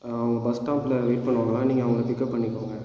அவங்க பஸ்டாஃப்பில் வெயிட் பண்ணுவாங்களாம் நீங்கள் அவங்களை பிக்கப் பண்ணிக்கோங்கள்